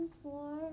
four